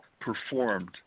performed